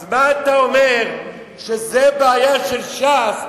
אז מה אתה אומר שזה בעיה של ש"ס,